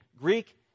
greek